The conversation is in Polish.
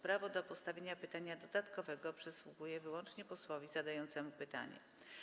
Prawo do postawienia pytania dodatkowego przysługuje wyłącznie posłowi zadającemu pytanie.